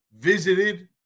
visited